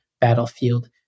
battlefield